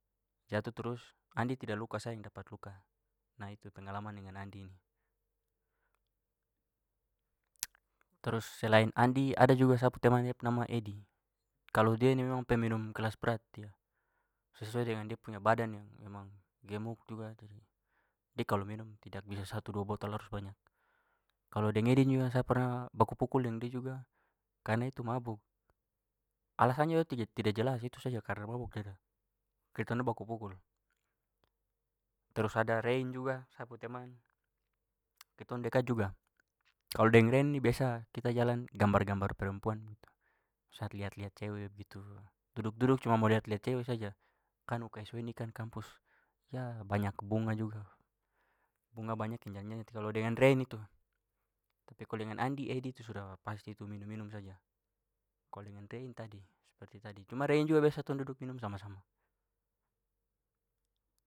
Jatu trus andi tidak luka sa yang dapat luka. Nah itu pengalaman dengan andi ini. Trus selain andi ada juga sa pu teman da pu nama edi. Kalau dia ini memang peminum kelas berat dia. Sesuai dengan dia punya badan memang gemuk juga. De kalau minum tidak bisa satu dua botol harus banyak. Kalo deng edi juga sa pernah baku pukul deng dia juga, karena itu mabuk. Alasannya juga tidak jelas, itu saja karna mabuk itu kitong dua baku pukul. Trus ada rein juga sa pu teman. Kitong dekat juga. Kalau deng rein ni biasa kita jalan gambar-gambar perempuan. liat-liat cewe begitu. Duduk-duduk cuma mau liat-liat cewek saja. Kan UKSW ini kan kampus banyak bunga juga. Bunga banyak kalau dengan rein itu. Tapi kalau dengan andi edi tu sudah pasti itu minum-minum saja. Kalau dengan rein tadi seperti tadi. Cuma rein juga biasa tong duduk minum sama-sama.